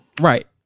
Right